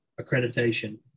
accreditation